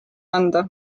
anda